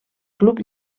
club